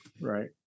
right